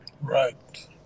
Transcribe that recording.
Right